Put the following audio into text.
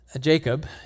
Jacob